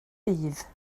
bydd